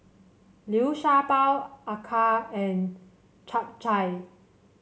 Liu Sha Bao acar and Chap Chai